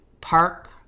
park